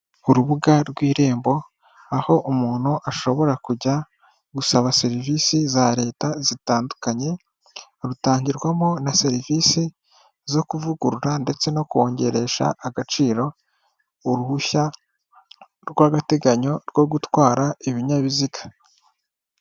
Urubuga rw'Irembo aho umuntu ashobora kujya gusaba serivise za leta zitandukanye rutangirwamo na serivise zo kuvugurura ndetse no kongeresha agaciro uruhushya rw'agateganyo rwo gutwara ibinyabiziga.